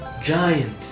Giant